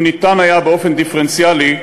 אם ניתן היה באופן דיפרנציאלי,